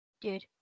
Dude